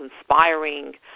inspiring